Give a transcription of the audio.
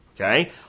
Okay